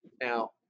Now